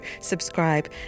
subscribe